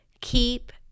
keep